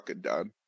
Done